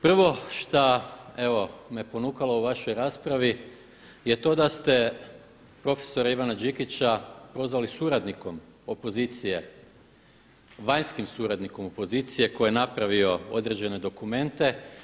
Prvo šta evo me ponukalo u vašoj raspravi je to da ste profesora Ivana Đikića prozvali suradnikom opozicije, vanjskim suradnikom opozicije koji je napravio određene dokumente.